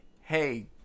hey